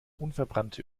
unverbrannte